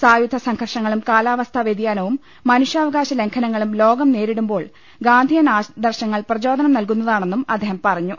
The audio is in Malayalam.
സായുധ സംഘർഷങ്ങളും കാലാവസ്ഥാ വൃതിയാനവും മനുഷ്യാവകാശ ലംഘനങ്ങളും ലോകം നേരിടുമ്പോൾ ഗാന്ധിയൻ ആദർശങ്ങൾ പ്രചോ ദനം നൽകുന്നതാണെന്നും അദ്ദേഹം പറഞ്ഞു